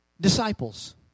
Disciples